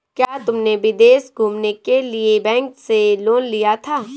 क्या तुमने विदेश घूमने के लिए बैंक से लोन लिया था?